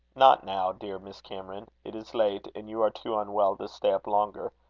not now, dear miss cameron. it is late, and you are too unwell to stay up longer.